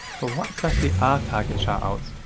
but what exactly are target shoutouts?